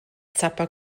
zappa